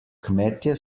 kmetje